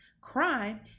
crime